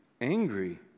angry